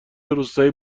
روستایی